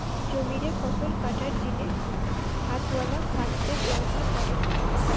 জমিরে ফসল কাটার জিনে হাতওয়ালা কাস্তের দরকার পড়ে